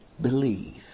believe